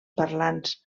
parlants